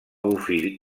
bofill